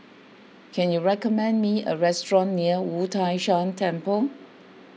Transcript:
can you recommend me a restaurant near Wu Tai Shan Temple